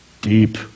Deep